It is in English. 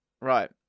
Right